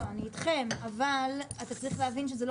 אני אתכם אבל אתה צריך להבין שזה לא